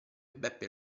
beppe